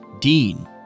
Dean